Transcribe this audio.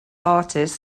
artists